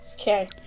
Okay